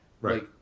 Right